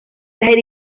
las